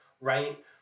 right